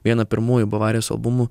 vieną pirmųjų bavarijos albumų